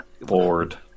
bored